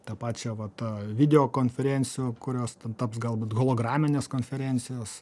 tą pačią vat video konferencijų kurios ten taps galbūt holograminės konferencijos